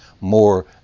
more